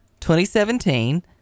2017